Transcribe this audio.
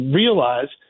realize